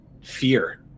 fear